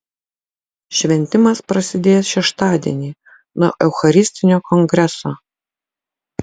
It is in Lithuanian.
šventimas prasidės šeštadienį nuo eucharistinio kongreso